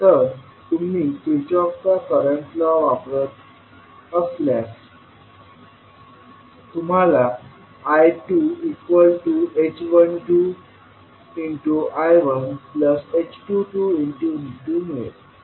तर तुम्ही किर्चहॉफचा करंट लॉ वापरल्यास तुम्हाला I2h21I1h22V2 मिळेल